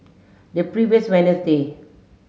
the previous